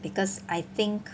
because I think